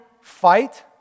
fight